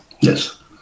Yes